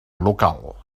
local